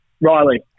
Riley